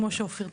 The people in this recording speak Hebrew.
כמו שאופיר ציין.